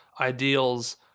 ideals